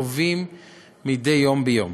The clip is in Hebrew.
חווים מדי יום ביום,